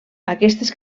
aquestes